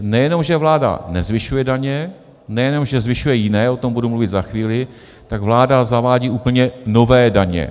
Nejenom že vláda nezvyšuje (?) daně, nejenom že zvyšuje jiné, o tom budu mluvit za chvíli, tak vláda zavádí úplně nové daně.